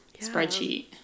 spreadsheet